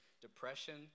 depression